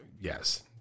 Yes